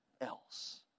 else